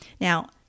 Now